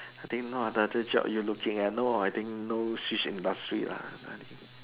I think no other jobs you are looking at no I think no switch industry lah